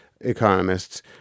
economists